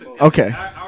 Okay